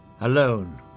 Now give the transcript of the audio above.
alone